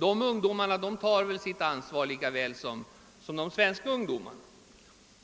ungdomarna där tar sitt ansvar lika väl som ungdomarna i Sverige.